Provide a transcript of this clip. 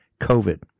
COVID